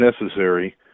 necessary